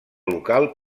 local